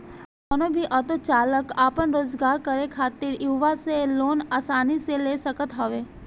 कवनो भी ऑटो चालाक आपन रोजगार करे खातिर इहवा से लोन आसानी से ले सकत हवे